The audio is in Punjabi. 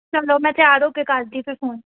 ਚਲੋ ਮੈਂ ਤਿਆਰ ਹੋ ਕੇ ਕਰਦੀ ਫਿਰ ਫ਼ੋਨ